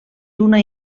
d’una